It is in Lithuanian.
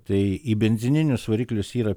tai į benzininius variklius yra